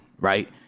right